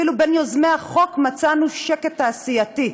אפילו בין יוזמי החוק מצאנו שקט תעשייתי.